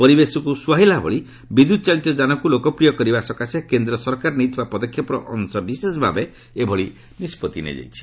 ପରିବେଶକୁ ସୁହାଇଲା ଭଳି ବିଦ୍ୟୁତ୍ ଚାଳିତ ଯାନକୁ ଲୋକପ୍ରିୟ କରିବା ସକାଶେ କେନ୍ଦ୍ର ସରକାର ନେଇଥିବା ପଦକ୍ଷେପର ଅଂଶବିଶେଷ ଭାବେ ଏଭଳି ନିଷ୍ପଭି କରାଯାଇଛି